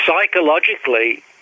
psychologically